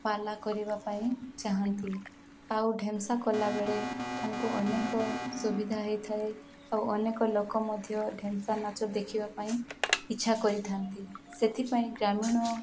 ପାଲା କରିବା ପାଇଁ ଚାହାନ୍ତି ଆଉ ଢେମ୍ସା କଲାବେଳେ ତାଙ୍କୁ ଅନେକ ସୁବିଧା ହେଇଥାଏ ଆଉ ଅନେକ ଲୋକ ମଧ୍ୟ ଢେମ୍ସା ନାଚ ଦେଖିବା ପାଇଁ ଇଚ୍ଛା କରିଥାନ୍ତି ସେଥିପାଇଁ ଗ୍ରାମୀଣ